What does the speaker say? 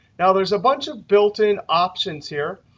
now, there's a bunch of built-in options here.